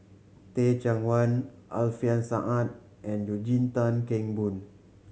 Teh Cheang Wan Alfian Sa'at and Eugene Tan Kheng Boon